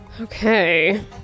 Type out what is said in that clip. Okay